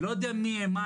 אני לא יודע מי הם,